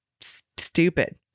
stupid